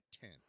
ten